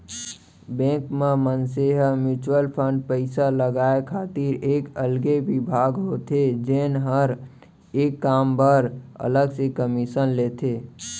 bank म मनसे ह म्युचुअल फंड पइसा लगाय खातिर एक अलगे बिभाग होथे जेन हर ए काम बर अलग से कमीसन लेथे